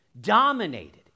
dominated